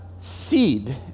seed